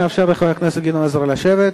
נאפשר לחבר הכנסת גדעון עזרא לשבת.